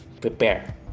prepare